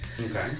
Okay